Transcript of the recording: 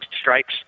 strikes